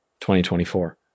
2024